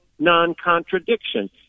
non-contradiction